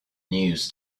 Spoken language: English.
news